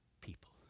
people